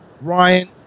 ryan